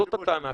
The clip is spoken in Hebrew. זאת הטענה.